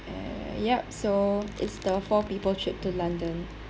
and yup so it's the four people trip to london